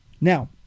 Now